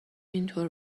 اینطور